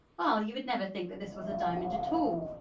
well you would never think that this was a diamond at all.